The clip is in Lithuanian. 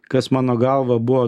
kas mano galva buvo